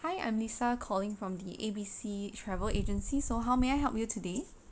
hi I'm lisa calling from the A B C travel agency so how may I help you today